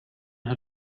hat